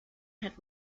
ahead